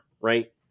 Right